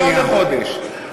שלא לחודש.